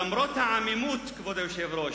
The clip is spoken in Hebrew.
למרות העמימות, כבוד היושב-ראש,